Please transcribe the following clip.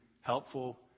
helpful